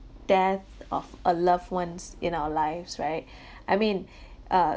death of a loved ones in our lives right I mean uh